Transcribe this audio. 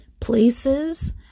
places